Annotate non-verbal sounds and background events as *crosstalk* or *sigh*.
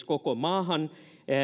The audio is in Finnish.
*unintelligible* koko maahan